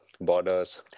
borders